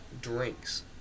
drinks